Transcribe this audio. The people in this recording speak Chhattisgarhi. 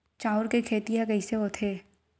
चांउर के खेती ह कइसे होथे?